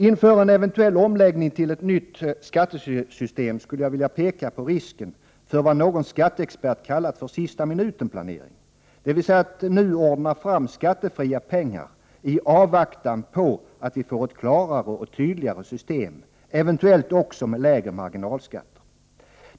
Inför en eventuell omläggning till ett nytt skattesystem skulle jag vilja peka på risken för vad någon skatteexpert kallat för sista-minuten-planering, dvs. att nu ordna fram skattefria pengar i avvaktan på att vi får ett klarare och tydligare system, eventuellt också med lägre marginalskatter.